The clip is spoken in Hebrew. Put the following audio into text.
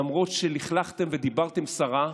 למרות שלכלכתם ודיברתם סרה,